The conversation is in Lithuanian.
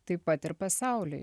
taip pat ir pasauliui